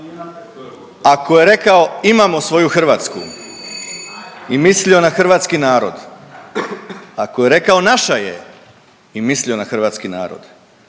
Ako je rekao imamo svoju Hrvatsku i mislio na hrvatski narod, ako je rekao naša je i mislio na hrvatski narod,